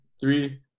Three